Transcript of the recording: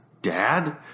Dad